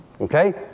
Okay